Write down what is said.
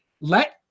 let